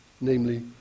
namely